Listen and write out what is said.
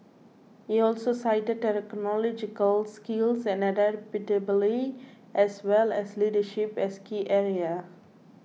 he also cited technological skills and adaptability as well as leadership as key area